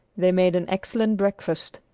they made an excellent breakfast.